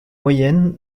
moyenne